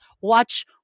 watch